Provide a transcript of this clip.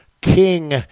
king